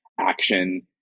action